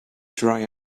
dry